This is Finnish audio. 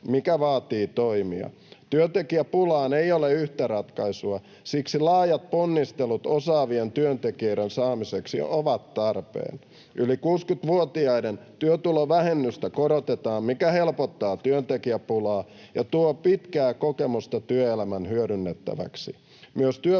mikä vaatii toimia. Työntekijäpulaan ei ole yhtä ratkaisua. Siksi laajat ponnistelut osaavien työntekijöiden saamiseksi ovat tarpeen. Yli 60-vuotiaiden työtulovähennystä korotetaan, mikä helpottaa työntekijäpulaa ja tuo pitkää kokemusta työelämän hyödynnettäväksi.